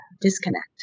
disconnect